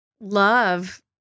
love